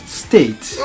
state